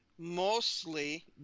Mostly